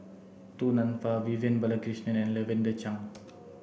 Du Nanfa Vivian Balakrishnan and Lavender Chang